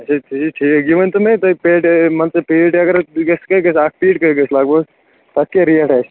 اچھا تیٚلہِ چھُ یہِ ٹھیٖک یہِ ؤنۍ تو مےٚ تۄہہِ پیٹہِ مان ژٕ پیٖٹ اگر گژھِ کٔہے گژھِ اکھ پیٖٹ کیاہ گژھِ لگ بگ تتھ کیاہ ریٹ آسہِ